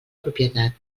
propietat